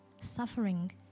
suffering